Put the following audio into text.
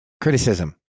criticism